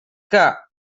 que